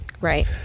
Right